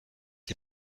les